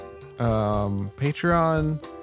Patreon